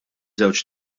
żewġ